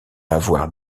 avoir